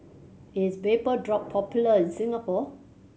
is Vapodrop popular in Singapore